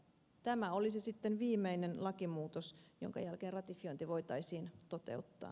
tämä olisi sitten viimeinen lakimuutos jonka jälkeen ratifiointi voitaisiin toteuttaa